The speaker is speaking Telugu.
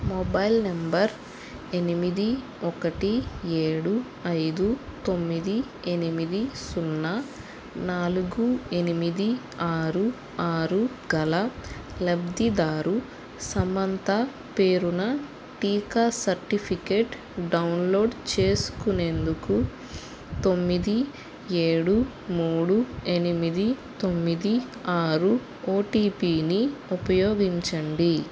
మొబైల్ నంబర్ ఎనిమిది ఒకటి ఏడు ఐదు తొమ్మిది ఎనిమిది సున్నా నాలుగు ఎనిమిది ఆరు ఆరు గల లబ్ధిదారు సమంత పేరున టీకా సర్టిఫికేట్ డౌన్లోడ్ చేసుకునేందుకు తొమ్మిది ఏడు మూడు ఎనిమిది తొమ్మిది ఆరు ఓటిపిని ఉపయోగించండి